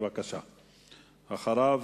אחריו,